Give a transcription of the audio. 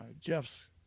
Jeff's